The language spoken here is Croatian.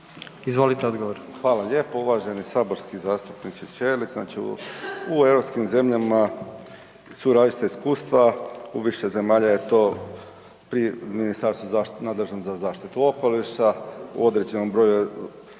Tomislav (HDZ)** Hvala lijepo. Uvaženi saborski zastupniče Ćelić znači u europskim zemljama su različita iskustva, u više zemalja je to pri ministarstvu nadležnom za zaštitu okoliša, u određenom broju